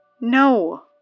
No